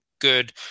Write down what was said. good